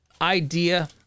idea